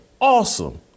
Awesome